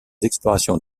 explorations